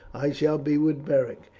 i shall be with beric,